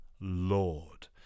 Lord